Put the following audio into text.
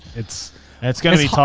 it's it's gonna tough.